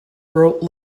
wrote